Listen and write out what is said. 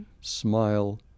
smile